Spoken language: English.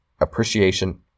appreciation